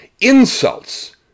insults